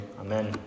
amen